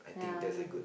ya